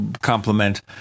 complement